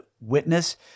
witness